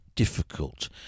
difficult